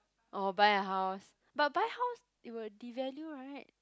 or buy a house but buy house it will devalue right